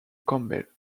campbell